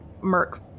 Merc